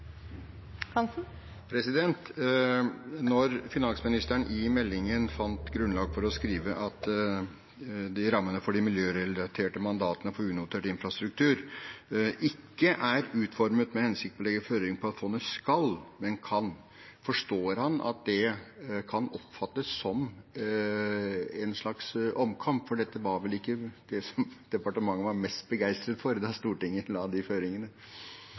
å skrive at rammene for de miljørelaterte mandatene for unotert infrastruktur ikke er utformet med hensikt om å legge føringer for at fondet skal, men kan. Forstår han at det kan oppfattes som en slags omkamp – for dette var vel ikke det departementet var mest begeistret for da Stortinget la de føringene?